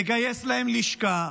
לגייס להם לשכה,